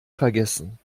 vergessen